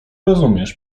rozumiesz